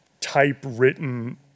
typewritten